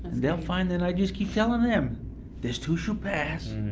they'll find that i just keep telling them this too shall pass,